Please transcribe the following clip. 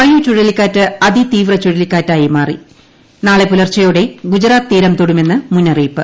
വായുചുഴലിക്കാറ്റ് അതി തീവ്ര ചുഴലിക്കാറ്റായി മാറി നാളെ പുലർച്ചെയോടെ ഗുജറാത്ത് തീരം തൊടുമെന്ന് മുന്നറിയിപ്പ്